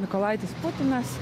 mykolaitis putinas